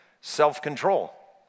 self-control